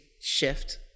shift